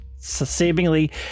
seemingly